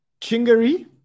Chingari